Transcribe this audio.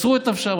מסרו את נפשם,